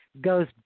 Goes